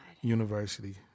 University